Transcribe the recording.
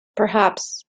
perhaps